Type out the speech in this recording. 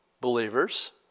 believers